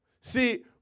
See